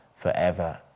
forever